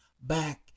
back